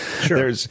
Sure